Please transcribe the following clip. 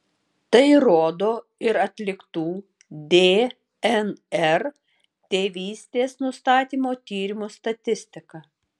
tai rodo ir atliktų dnr tėvystės nustatymo tyrimų statistika